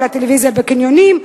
על הטלוויזיה בקניונים.